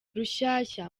rushyashya